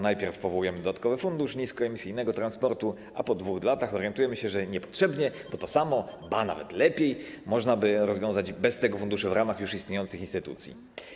Najpierw powołujemy dodatkowy Fundusz Niskoemisyjnego Transportu, a po 2 latach orientujemy się, że niepotrzebnie, bo to samo, ba, nawet lepiej, można by rozwiązać bez tego funduszu w ramach już istniejących instytucji.